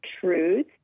truth